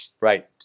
Right